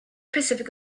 pacific